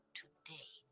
today